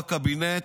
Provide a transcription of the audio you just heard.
בקבינט,